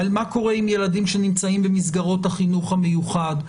מה קורה עם ילדים שנמצאים במסגרות החינוך המיוחד.